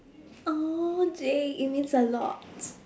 !aww! J it means a lot